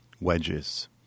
wedges